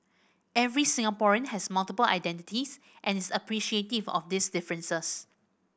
every Singaporean has multiple identities and is appreciative of these differences